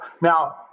now